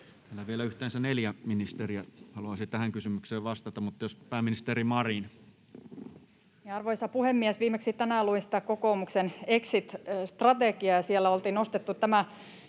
Täällä vielä yhteensä neljä ministeriä haluaisi tähän kysymykseen vastata, mutta jos pääministeri Marin. Arvoisa puhemies! Viimeksi tänään luin sitä kokoomuksen exit-strategiaa, ja siellä oltiin nostettu tämä